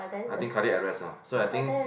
I think cardiac arrest ah so I think